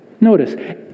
Notice